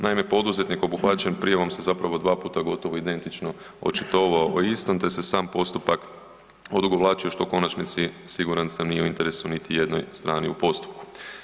Naime, poduzetnik obuhvaćen prijavom se zapravo dva puta gotovo identično očitovao o istom te se sam postupak odugovlačio što u konačnici siguran sam nije u interesu niti jednoj strani u postupku.